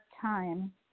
time